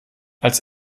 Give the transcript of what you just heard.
als